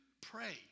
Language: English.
pray